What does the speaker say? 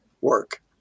work